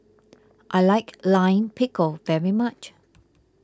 I like Lime Pickle very much